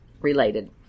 related